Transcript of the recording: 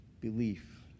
belief